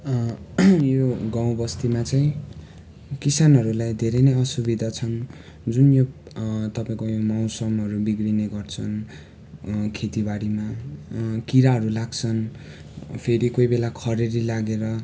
यो गाउँबस्तीमा चाहिँ किसानहरूलाई धेरै नै असुविधा छन् जुन यो तपाईँको यो मौसमहरू बिग्रिने गर्छन् खेतीबारीमा किराहरू लाग्छन् फेरि कोही बेला खडेरी लागेर